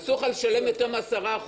כרטיס הדביט, מה פתאום.